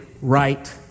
right